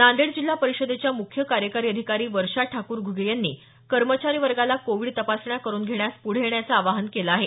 नांदेड जिल्हा परिषदेच्या मुख्य कार्यकारी अधिकारी वर्षा ठाकूर घूगे यांनी कर्मचारी वर्गाला कोविड तपासण्या करून घेण्यास पुढे येण्याचं आवाहन केलं आहे